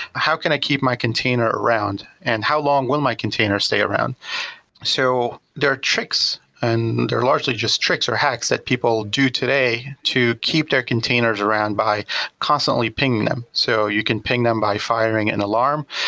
how can i keep my container around and how long will my container stay around so there are tricks and they are largely just tricks or hacks that people do today to keep their containers around by constantly pinging them. so you can ping them by firing an alarm,